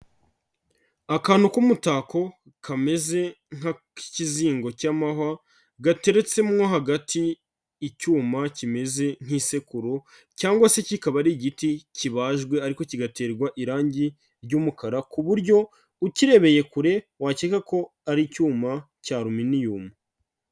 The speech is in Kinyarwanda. Akantu k'umutako kameze nk'ak'ikizingo cy'amahwa, gateretse mo hagati icyuma kimeze nk'isekuru cyangwa se kikaba ari igiti kibajwe ariko kigaterwa irangi ry'umukara ku buryo ukirebeye kure wakeka ko ari icyuma cya aluminiyumu.